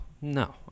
No